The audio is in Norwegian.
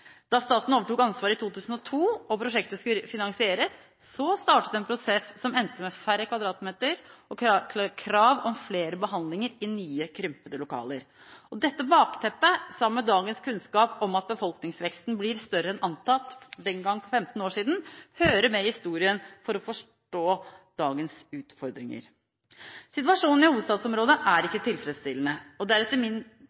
Da staten overtok ansvaret i 2002 og prosjektet skulle finansieres, startet en prosess som endte med færre kvadratmeter og krav om flere behandlinger i nye, krympede lokaler. Dette bakteppet, sammen med dagens kunnskap om at befolkningsveksten blir større enn antatt den gang for 15 år siden, hører med til historien for å forstå dagens utfordringer. Situasjonen i hovedstadsområdet er